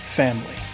family